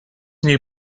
new